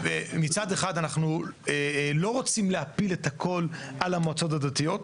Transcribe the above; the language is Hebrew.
מצד אחד אנחנו לא רוצים להפיל את הכל על המועצות הדתיות,